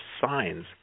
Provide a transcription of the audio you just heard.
signs